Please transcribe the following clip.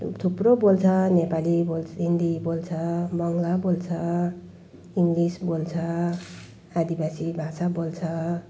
थुप्रो बोल्छ नेपाली बोल् हिन्दी बोल्छ बङ्गला बोल्छ इङ्ग्लिस बोल्छ आदिवासी भाषा बोल्छ